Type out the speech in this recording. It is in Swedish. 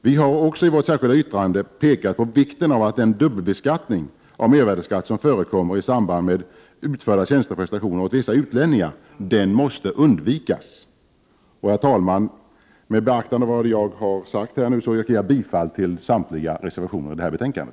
Vi har i vårt särskilda yttrande pekat på vikten av att den dubbelbeskattning av mervärdeskatt som förekommer i samband med utförda tjänsteprestationer åt vissa utlänningar måste undvikas. Herr talman! Med beaktande av vad jag anfört yrkar jag bifall till samtliga reservationer i detta betänkande.